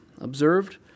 observed